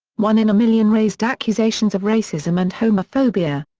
one in a million raised accusations of racism and homophobia.